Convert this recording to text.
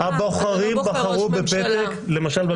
אתה לא בוחר ראש ממשלה.